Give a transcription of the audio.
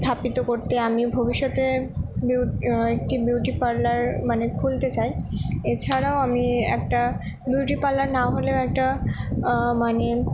স্থাপিত করতে আমি ভবিষ্যতে বিউ একটি বিউটি পার্লার মানে খুলতে চাই এছাড়াও আমি একটা বিউটি পার্লার না হলেও একটা মানে